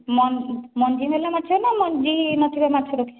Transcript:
ମଞ୍ଜିବାଲା ମାଛ ନା ମଞ୍ଜି ନଥିବା ମାଛ ରଖିଛନ୍ତି